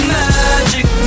magic